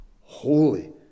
Holy